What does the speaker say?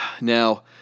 Now